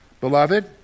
Beloved